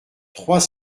trois